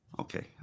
Okay